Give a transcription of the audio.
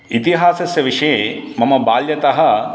इतिहासस्य विषये मम बाल्यतः